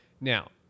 Now